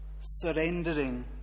surrendering